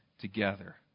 together